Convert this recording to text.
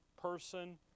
person